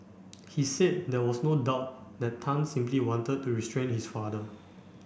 he said there was no doubt that Tan simply wanted to restrain his father